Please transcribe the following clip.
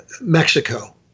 Mexico